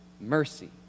mercy